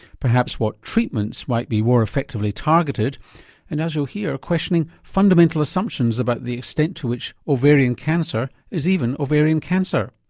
perhaps what treatments might be more effectively targeted and as you'll hear questioning fundamental assumptions about the extent to which ovarian cancer is even ovarian cancer.